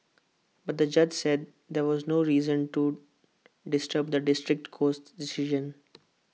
but the judge said there was no reason to disturb the district court's decision